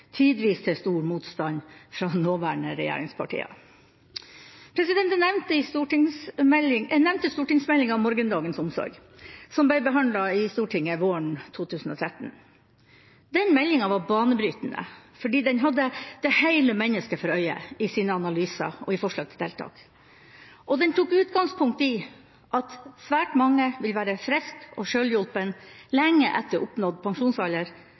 tidvis med stor motstand fra nåværende regjeringspartier. Jeg nevnte stortingsmeldinga om morgendagens omsorg, som ble behandlet i Stortinget våren 2013. Den meldinga var banebrytende, for den hadde det hele mennesket for øye i sine analyser og forslag til tiltak. Den tok utgangspunkt i at svært mange vil være friske og selvhjulpne lenge etter oppnådd pensjonsalder,